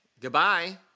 Goodbye